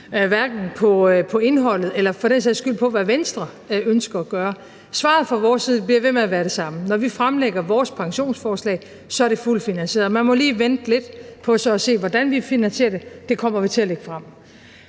hverken på indholdet eller for den sags skyld på, hvad Venstre ønsker at gøre. Svaret fra vores side bliver ved med at være det samme. Når vi fremlægger vores pensionsforslag, er det fuldt finansieret. Man må lige vente lidt på at se, hvordan vi finansierer det. Det kommer vi til at lægge frem.